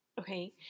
Okay